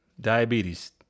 Diabetes